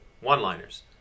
one-liners